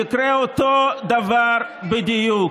יקרה אותו דבר בדיוק.